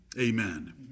amen